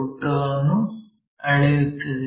ಉದ್ದವನ್ನು ಅಳೆಯುತ್ತದೆ